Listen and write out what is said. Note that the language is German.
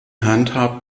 handhabt